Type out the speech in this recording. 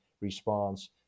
response